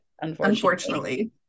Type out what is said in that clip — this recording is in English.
Unfortunately